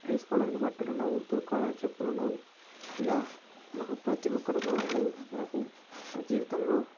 వేసుకోవడానికి బట్టలు ఉండవు తొడుక్కోవడానికి చెప్పులు ఉండవు ఇలా మనకు ప్రతి ఒక్కటి కూడా ఉండదు మనకు మన జీవితంలో